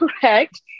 correct